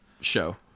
show